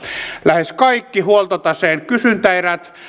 lähes kaikki huoltotaseen kysyntäerät